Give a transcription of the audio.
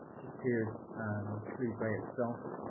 just here is clew bay itself.